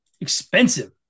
Expensive